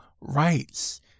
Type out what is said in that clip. rights